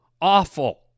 awful